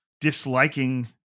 disliking